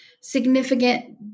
significant